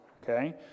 Okay